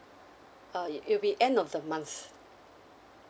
uh it it'll be end of the month